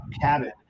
cabin